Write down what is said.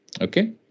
okay